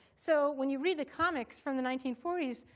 so when you read the comics from the nineteen forty s,